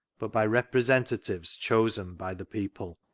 but by representatives chosen by the people.